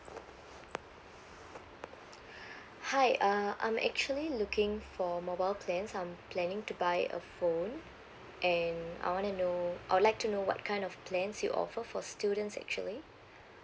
hi uh I'm actually looking for mobile plans I'm planning to buy a phone and I want to know I would like to know what kind of plans you offer for students actually